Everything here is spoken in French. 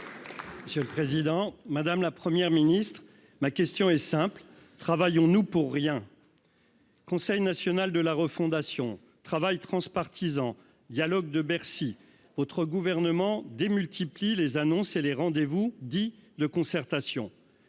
Monsieur le Président Madame la première ministre ma question est simple travail on nous pour rien. Conseil national de la refondation travail transpartisan dialogue de Bercy autre gouvernement démultiplie les annonces et les rendez-vous dit de concertation,